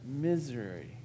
misery